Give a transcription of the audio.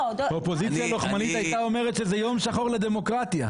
אופוזיציה לוחמנית הייתה אומרת שזה יום שחור לדמוקרטיה.